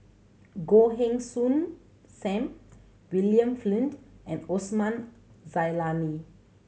Goh Heng Soon Sam William Flint and Osman Zailani